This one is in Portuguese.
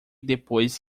depois